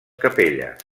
capelles